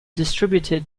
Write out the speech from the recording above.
distributed